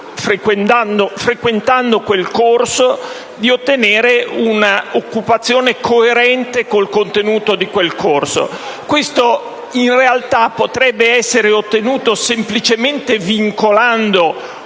frequentando quel corso, di ottenere un'occupazione coerente con il suo contenuto. Questo, in realtà, potrebbe essere ottenuto semplicemente vincolando